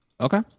Okay